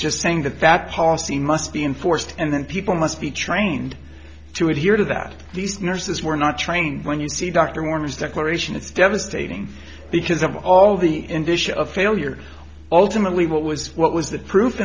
just saying that that policy must be enforced and then people must be trained to adhere to that these nurses were not trained when you see dr warner's declaration it's devastating because of all the indicia of failure ultimately what was what was the proof